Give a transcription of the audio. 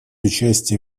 участие